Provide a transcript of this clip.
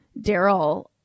Daryl